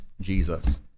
Jesus